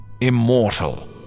immortal